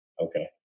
Okay